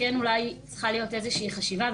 ואולי צריכה להיות איזושהי חשיבה.